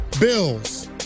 bills